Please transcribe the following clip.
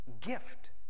gift